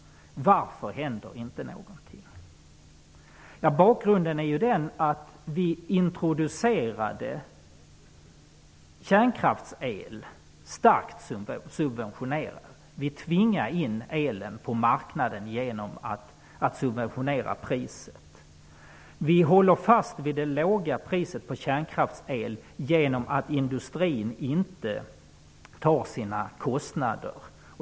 Varför händer det då inte någonting? Bakgrunden är den, att vi introducerade en kärnkraftsel som var starkt subventionerad. Vi tvingade in elen på marknaden genom att subventionera priset. Vi håller fast vid det låga priset på kärnkraftsel genom att industrin inte bär sina kostnader.